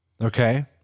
Okay